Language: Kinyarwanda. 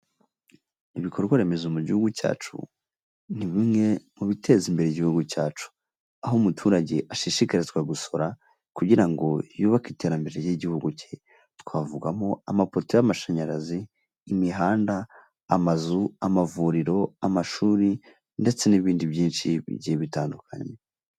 Ibikorwa remezo mu gihugu cyacu ni bimwe mu biteza imbere igihugu cyacu aho umuturage ashishikarizwa gusura kugira ngo yubake iterambere ry'igihugu cye twavugamo amapoto y'amashanyarazi imihanda amazu amavuriro amashuri ndetse n'ibindi byinshi bigiye bitandukanye.